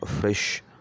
fresh